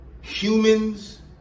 humans